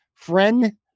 Friend